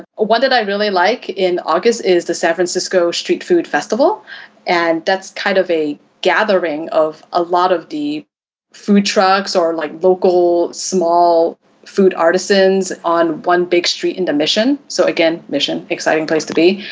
one that i really like in august is the san francisco street food festival and that's kind of a gathering of a lot of the food trucks or like local small food artisans on one big street in the mission. so, again, mission, exciting place to be.